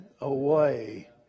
away